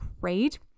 great